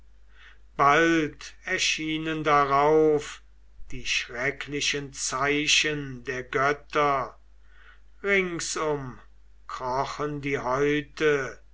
bald erschienen darauf die schrecklichen zeichen der götter ringsum krochen die häute